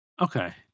Okay